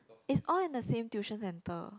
is all in the same tuition center